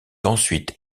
ensuite